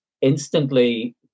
instantly